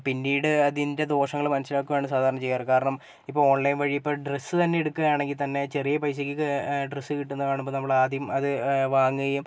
പിന്നീട് അതിൻ്റെ ദോഷങ്ങൾ മനസ്സിലാക്കുവാണ് സാധാരണ ചെയ്യാറ് കാരണം ഇപ്പം ഓൺലൈൻ വഴി ഇപ്പം ഡ്രസ്സ് തന്നെ എടുക്കുകയാണെങ്കിത്തന്നെ ചെറിയ പൈസയ്ക്കൊക്കെ ഡ്രസ്സ് കിട്ടുന്ന കാണുമ്പം നമ്മളാദ്യം അത് വാങ്ങുകയും